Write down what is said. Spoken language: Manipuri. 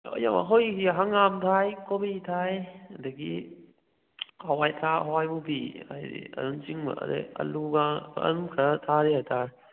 ꯌꯦꯡꯉꯣ ꯍꯧꯖꯤꯛꯁꯤ ꯍꯪꯒꯥꯝ ꯊꯥꯏ ꯀꯣꯕꯤ ꯊꯥꯏ ꯑꯗꯒꯤ ꯍꯋꯥꯏꯊ꯭ꯔꯥꯛ ꯍꯋꯥꯏ ꯃꯨꯕꯤ ꯑꯗꯩꯗꯤ ꯑꯗꯨꯝ ꯆꯤꯡꯕ ꯑꯗꯩ ꯑꯂꯨꯒꯥ ꯑꯗꯨꯝ ꯈꯔ ꯊꯥꯔꯤ ꯍꯥꯏꯇꯥꯔꯦ